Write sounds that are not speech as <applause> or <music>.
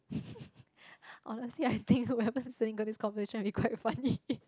<laughs> honestly I think whoever seeing this conversation will be quite funny